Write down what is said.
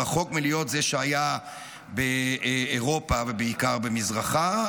רחוק מלהיות זה שהיה באירופה ובעיקר במזרחה,